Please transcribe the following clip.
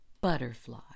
butterfly